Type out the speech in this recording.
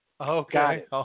Okay